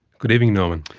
good evening norman.